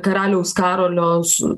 karaliaus karolio su